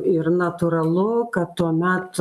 ir natūralu kad tuomet